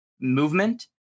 movement